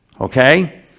Okay